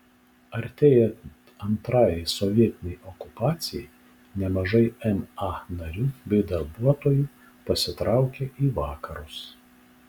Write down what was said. artėjant antrajai sovietinei okupacijai nemažai ma narių bei darbuotojų pasitraukė į vakarus